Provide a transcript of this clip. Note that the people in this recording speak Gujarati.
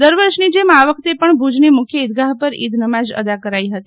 દર વર્ષની જેમ આ વખતે પણ ભુજની મુખ્ય ઈદગાહ પર ઈદ નમાઝ અદા કરાઈ હતી